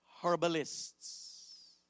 Herbalists